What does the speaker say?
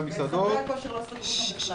ואת חדרי כושר לא סגרו בכלל.